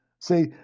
See